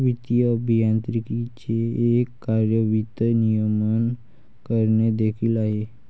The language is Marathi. वित्तीय अभियांत्रिकीचे एक कार्य वित्त नियमन करणे देखील आहे